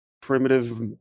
primitive